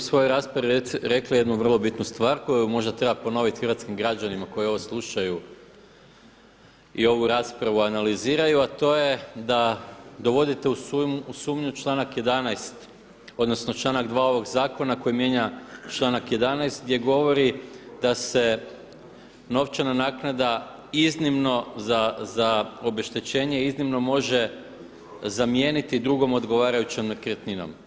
Gospodine Grbin vi ste u svojoj raspravi rekli jednu vrlo bitnu stvar koju možda treba ponoviti hrvatskim građanima koji ovo slušaju i ovu raspravu analiziraju, a to je da dovodite u sumnju članak 11. odnosno članak 2. ovog Zakona koji mijenja članak 11. gdje govori da se novčana naknada iznimno za obeštećenje iznimno može zamijeniti drugom odgovarajućom nekretninom.